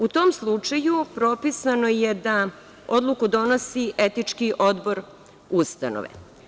U tom slučaju propisano je da odluku donosi etički odbor ustanove.